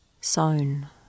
Sown